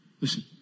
Listen